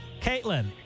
Caitlin